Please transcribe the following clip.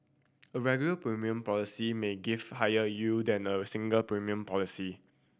a regular premium policy may give higher yield than a single premium policy